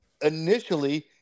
initially